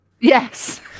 Yes